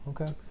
Okay